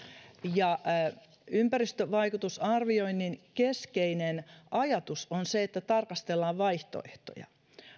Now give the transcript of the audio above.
ympäristövaikutusarvioinnin keskeinen ajatus on se että tarkastellaan vaihtoehtoja